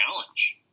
challenge